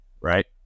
right